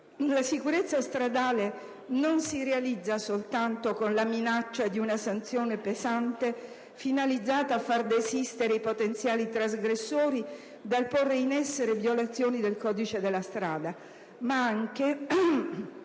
La sicurezza stradale non si realizza soltanto con la minaccia di una sanzione pesante finalizzata a far desistere i potenziali trasgressori dal porre in essere violazioni del codice della strada, ma anche